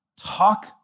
talk